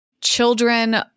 children